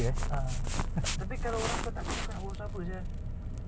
ah tapi kalau orang kau tak kenal nak berbual apa sia